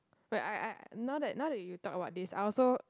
wait I I now that now that you talk about this I also